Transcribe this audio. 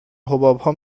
حبابها